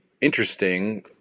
interesting